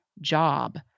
Job